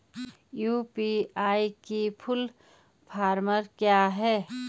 UPI की full form क्या है?